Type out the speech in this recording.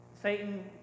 Satan